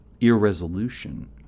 irresolution